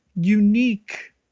unique